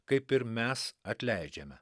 kaip ir mes atleidžiame